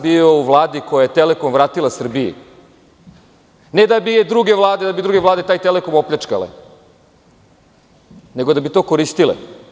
Bio sam u Vladi koja je „Telekom“ vratila Srbiji, ne da bi druge vlade taj „Telekom“ opljačkale, nego da bi to koristile.